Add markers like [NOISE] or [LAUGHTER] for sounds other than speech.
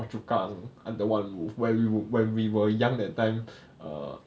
phua chu kang under one roof when we when we were young that time [BREATH] err